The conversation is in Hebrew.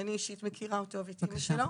שאני אישית מכירה אותו ואת אמא שלו.